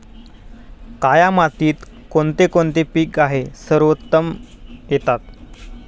काया मातीत कोणते कोणते पीक आहे सर्वोत्तम येतात?